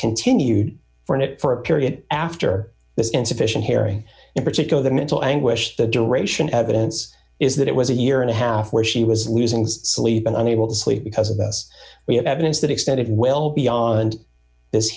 continued for it for a period after this insufficient hearing in particular the mental anguish the duration evidence is that it was a year and a half where she was losing sleep and unable to sleep because of this we have evidence that extended well beyond this